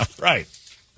Right